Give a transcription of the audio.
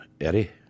Eddie